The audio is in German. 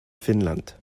finnland